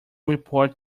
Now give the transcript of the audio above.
report